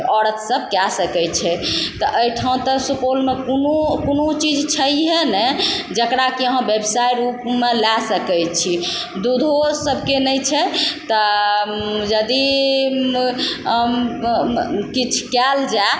औरत सब कए सकय छै तऽ अइ ठाँ तऽ सुपौलमे कोनो कोनो चीज छैये ने जकरा कि अहाँ व्यवसाय रूपमे लए सकय छी दूधो सबके नहि छै तऽ यदि किछु कयल जाइ